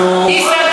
ניסן,